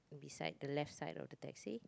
beside the left side of the taxi